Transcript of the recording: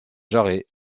jarret